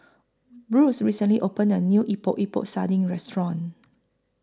Bruce recently opened A New Epok Epok Sardin Restaurant